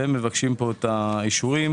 מבקשים פה את האישורים.